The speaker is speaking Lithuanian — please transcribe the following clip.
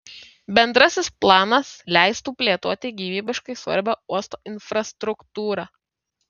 bendrasis planas leistų plėtoti gyvybiškai svarbią uosto infrastruktūrą